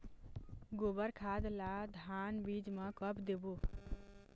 गोबर खाद ला धान बीज म कब देबो?